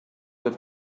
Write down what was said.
that